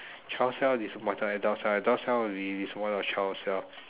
child self disappointed at adult self and adult self will be disappointed at child cell